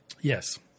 Yes